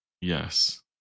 Yes